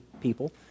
people